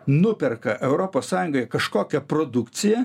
nuperka europos sąjungoje kažkokią produkciją